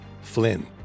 Flynn